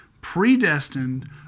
predestined